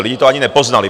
Lidi to ani nepoznali.